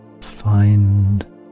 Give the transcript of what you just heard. Find